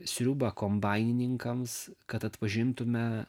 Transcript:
sriubą kombainininkams kad atpažintume